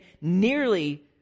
nearly